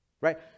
Right